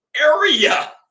area